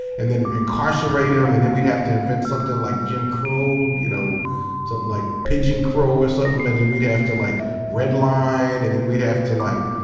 and then incarcerate them, and then we'd have to invent something like jim crow, you know something like pigeon crow or something, and then we'd have to like redline, and then we'd have to like,